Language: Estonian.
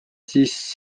siis